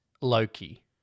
Loki